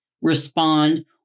respond